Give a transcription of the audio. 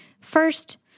first